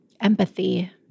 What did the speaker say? Empathy